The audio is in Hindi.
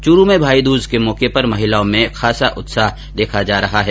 चूरू में भाईदूज के मौके पर महिलाओं में उत्साह देखा जा रहा है